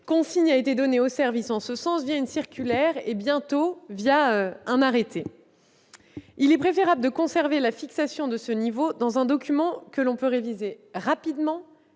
Consigne a été donnée aux services en ce sens une circulaire, et bientôt un arrêté. Il est préférable de conserver la fixation de ce niveau dans un document que l'on peut réviser rapidement